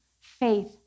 faith